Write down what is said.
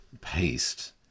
paste